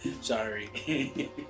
Sorry